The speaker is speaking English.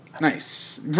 Nice